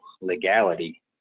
legality